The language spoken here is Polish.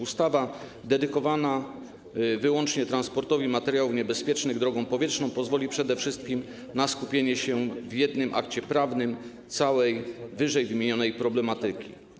Ustawa dedykowana wyłącznie transportowi materiałów niebezpiecznych drogą powietrzną pozwoli przede wszystkim na skupienie w jednym akcie prawnym całej ww. problematyki.